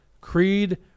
creed